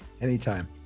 Anytime